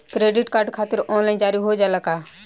Credit card online जारी हो जाला का?